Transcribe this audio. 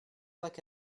like